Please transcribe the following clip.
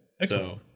Excellent